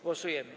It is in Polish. Głosujemy.